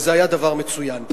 וזה היה דבר מצוין.